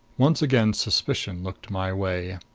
once again suspicion looked my way.